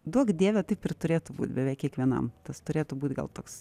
duok dieve taip ir turėtų būt beveik kiekvienam tas turėtų būt gal toks